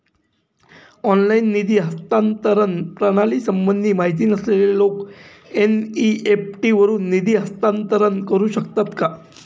Online निधी हस्तांतरण प्रणालीसंबंधी माहिती नसलेले लोक एन.इ.एफ.टी वरून निधी हस्तांतरण करू शकतात का?